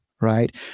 right